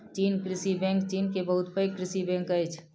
चीन कृषि बैंक चीन के बहुत पैघ कृषि बैंक अछि